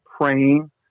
praying